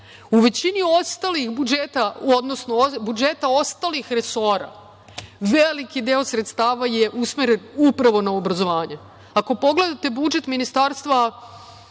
većini ostalih budžeta, odnosno budžeta ostalih resora, veliki deo sredstava je usmeren upravo na obrazovanje. Ako pogledate budžet Ministarstva